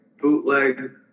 bootleg